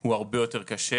הוא הרבה יותר קשה